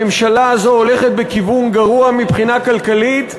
הממשלה הזאת הולכת בכיוון גרוע מבחינה כלכלית,